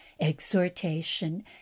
exhortation